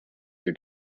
your